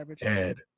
Ed